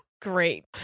Great